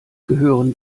gehören